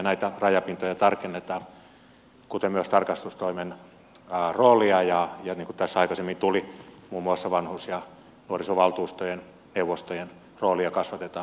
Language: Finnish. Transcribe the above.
näitä rajapintoja tarkennetaan kuten myös tarkastustoimen roolia ja niin kuin tässä aikaisemmin tuli muun muassa vanhusneuvostojen ja nuorisovaltuustojen roolia kasvatetaan